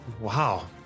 Wow